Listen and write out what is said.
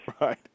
Right